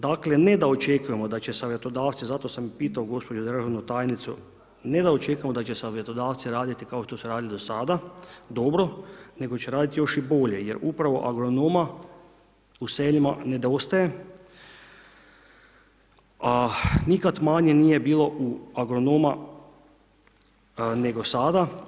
Dakle, ne da očekujemo da će savjetodavci, zato sam i pitao gospođu državnu tajnicu, ne da očekujemo da će savjetodavci raditi kao što su radili do sada dobro, nego će raditi još i bolje jer upravo agronoma u selima nedostaje, a nikada manje nije bilo agronoma nego sada.